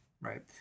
right